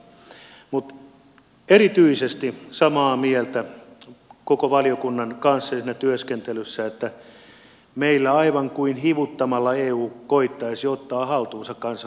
mutta erityisesti olen samaa mieltä koko valiokunnan kanssa siinä työskentelyssä että meillä aivan kuin hivuttamalla eu koettaisi ottaa haltuunsa kansallisen metsäpolitiikan